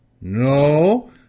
No